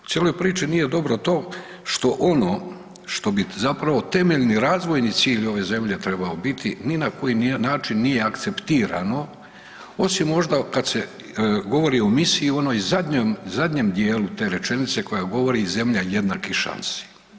U cijeloj priči nije dobro to što ono što bi zapravo temeljni razvojni cilj ove zemlje treba biti, ni na koji način nije akceptirano, osim možda, kad se govori o misiji o onom zadnjem dijelu te rečenice koja govori zemlja jednakih šansi.